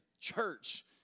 church